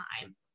time